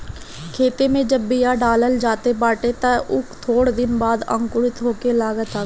खेते में जब बिया डालल जात बाटे तअ उ थोड़ दिन बाद अंकुरित होखे लागत हवे